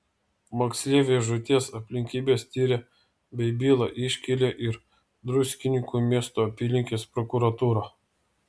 moksleivio žūties aplinkybes tiria bei bylą iškėlė ir druskininkų miesto apylinkės prokuratūra